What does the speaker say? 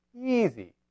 easy